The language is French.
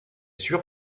sûr